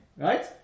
right